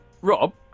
Rob